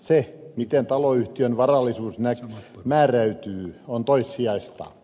se miten taloyhtiön varallisuus määräytyy on toissijaista